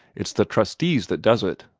it's the trustees that does it.